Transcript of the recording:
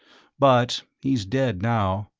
but he's dead now.